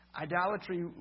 Idolatry